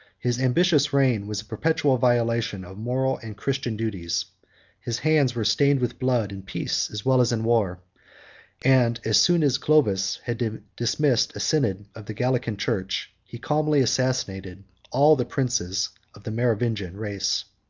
his ambitious reign was a perpetual violation of moral and christian duties his hands were stained with blood in peace as well as in war and, as soon as clovis had dismissed a synod of the gallican church, he calmly assassinated all the princes of the merovingian race.